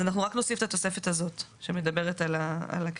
אז אנחנו רק נוסיף את התוספת הזאת שמדברת על הקריטריונים.